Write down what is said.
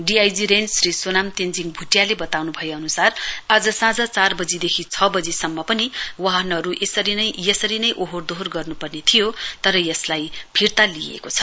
DIG range Shri Sonam Tenzing भुटियाले बताउनु भए अनुसार शाँझ चार बजीदेखि छ बजीसम्म पनि वाहनहरू यसरी नै ओहोर दोह्वोर गर्नुपर्ने थियो तर यसलाई फिर्ता लिइएको छ